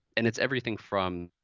and it's everything from